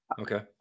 okay